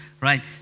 right